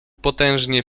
potężnie